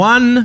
One